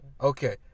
Okay